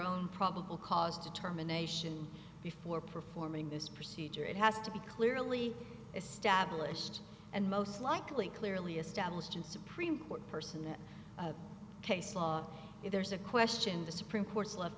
own probable cause determination before performing this procedure it has to be clearly established and most likely clearly established in supreme court person the case law if there's a question the supreme court is le